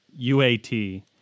UAT